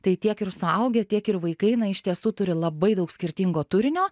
tai tiek ir suaugę tiek ir vaikai na iš tiesų turi labai daug skirtingo turinio